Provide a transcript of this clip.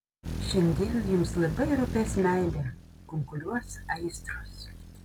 šiandien jums labai rūpės meilė kunkuliuos aistros